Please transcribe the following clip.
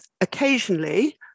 occasionally